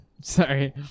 Sorry